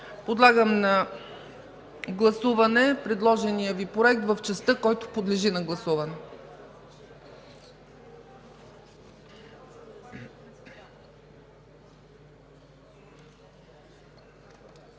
Подлагам на гласуване предложения Ви проект в частта, която подлежи на гласуване.